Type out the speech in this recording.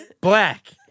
black